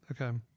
Okay